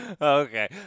Okay